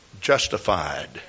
justified